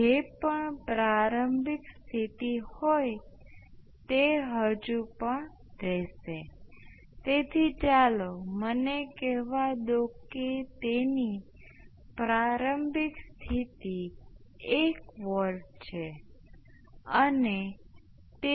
તેથી આ બ્રાન્ચ અને તે બ્રાન્ચમાં વોલ્ટેજ બરાબર સમાન છે અને તે કહે છે કે હું જે સમીકરણ લખવા જઈ રહ્યો છું તે આપણી ઇચ્છા પ્રમાણે લખી શકાય છો તમે આ 2